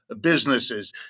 businesses